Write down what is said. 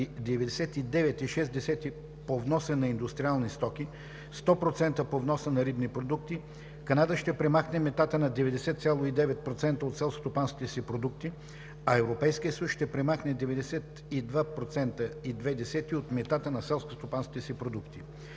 99,6 по вноса на индустриални стоки, 100% по вноса на рибни продукти. Канада ще премахне митата на 90,9% от селскостопанските си продукти, а Европейският съюз ще премахне 92,2% от митата на селскостопанските си продукти.